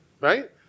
right